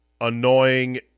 annoying